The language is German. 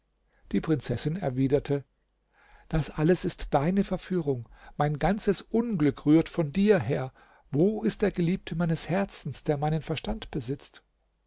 die prinzessin erwiderte das alles ist deine verführung mein ganzes unglück rührt von dir her wo ist der geliebte meines herzens der meinen verstand besitzt